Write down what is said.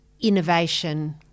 innovation